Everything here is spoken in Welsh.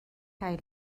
gael